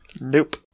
Nope